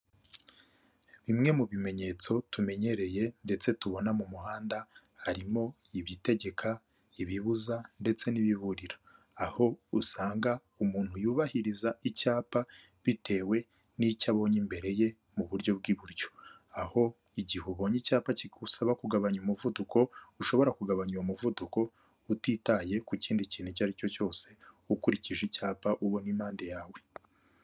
Bimwe mu bimenyetso tumenyereye ndetse tubona mu muhanda harimo ibitegeka, ibibuza ndetse n'ibiburira. Aho usanga umuntu yubahiriza icyapa bitewe n'icyo abonye imbere ye mu buryo bw'iburyo, aho igihe ubonye icyapa kigusaba kugabanya umuvuduko ushobora kugabanya uwo muvuduko utitaye ku kindi kintu icyo ari cyo cyose. Ukurikije icyapa ubona impande yawe.